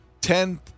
Ten